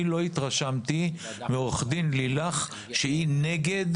אני לא התרשמתי מעורכת הדין לילך שהיא נגד